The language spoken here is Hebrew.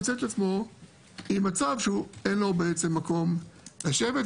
מוצא את עצמו במצב שבעצם אין לו מקום לשבת,